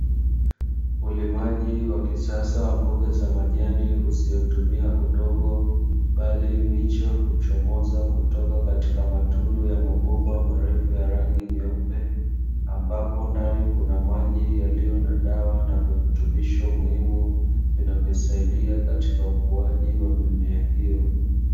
Ulimaji wa kisasa wa mboga za majani usiotumia udongo, bali miche uchomoza kutoka katika matundu ya mabomba marefu ya rangi nyeupe ambapo ndani kuna maji yaliyo na dawa virutubisho muhimu vianvyosaidia katika ukuaji wa mimea hiyo.